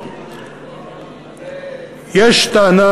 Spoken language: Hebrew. יש טענה,